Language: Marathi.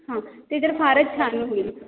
हां ते तर फारच छान होईल